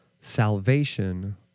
salvation